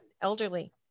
elderly